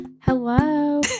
Hello